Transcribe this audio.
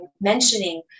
mentioning